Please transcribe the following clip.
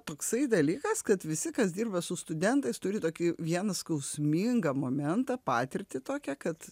toksai dalykas kad visi kas dirba su studentais turi tokį vieną skausmingą momentą patirtį tokią kad